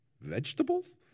vegetables